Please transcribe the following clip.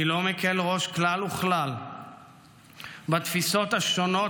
אני לא מקל ראש כלל וכלל בתפיסות השונות